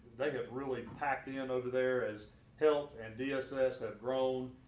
like have really packed in over there, as health and dss have grown.